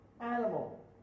animal